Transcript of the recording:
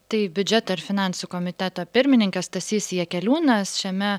tai biudžeto ir finansų komiteto pirmininkas stasys jakeliūnas šiame